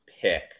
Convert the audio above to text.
pick